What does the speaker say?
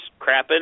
crapping